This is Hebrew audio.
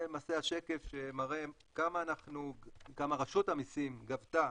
זה למעשה השקף שמראה כמה רשות המיסים גבתה